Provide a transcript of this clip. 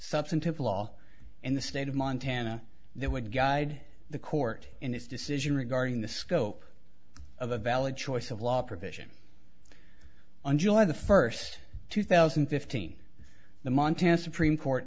substantive law in the state of montana that would guide the court in its decision regarding the scope of a valid choice of law provision and july the first two thousand and fifteen the montana supreme court